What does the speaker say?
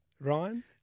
Ryan